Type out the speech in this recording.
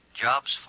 jobs